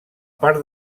part